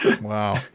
Wow